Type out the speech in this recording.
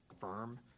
firm